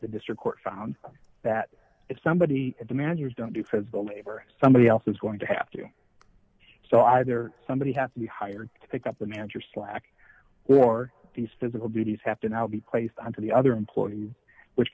the district court found that if somebody at the managers don't do physical labor somebody else is going to have to so either somebody have to be hired to pick up the manager slack or these physical duties have to now be placed on to the other employees which